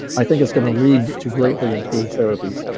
i think it's going to lead to greatly improved therapies.